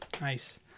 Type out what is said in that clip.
Nice